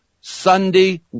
Sunday